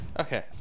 Okay